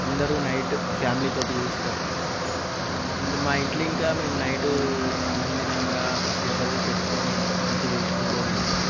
అందరు నైట్ ఫ్యామిలీతో చూస్తారు అండ్ మా ఇంట్లో ఇంకా మేము నైటు అన్నం తినంగా జబర్దస్త్ పెట్టుకొని మంచిగా చూసుకుంటూ తింటాము